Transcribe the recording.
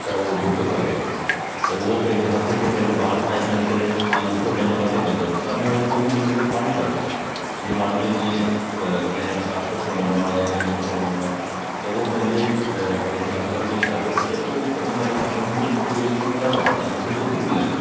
त उअ डुक खपे त उओ पैंजे हथ खे पैंजे वाति ताईं खणी करे अंगुठो पैंजो मथे कंदो तसि सामू वारे खे खबर आ भई इन खे पाणी खपे जीअं माण्हू खे जीअं कैं काकुस में वञणो आ या कैं मुट्र वञणो आ त उअ पैंजे पैंजे हथनि खे ईशारो करे उओ सभिनी वारे सामू वारे खे भई मुखे इयो कम करणो आ या मुखे बुख ती लॻे